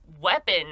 weapon